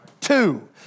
Two